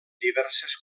diverses